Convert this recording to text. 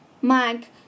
Mike